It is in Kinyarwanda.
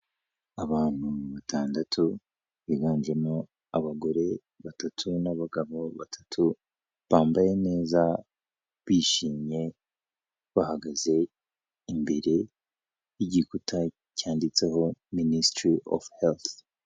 Abantu batandatu biganjemo abagore batatu n'abagabo batatu, bambaye neza, bishimye, bahagaze imbere y'igikuta cyanditseho Minisitry of Health.